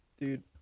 dude